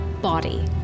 body